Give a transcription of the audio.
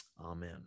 Amen